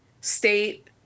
state